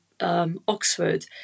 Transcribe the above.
Oxford